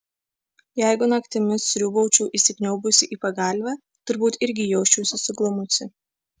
jeigu naktimis sriūbaučiau įsikniaubusi į pagalvę turbūt irgi jausčiausi suglumusi